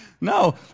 No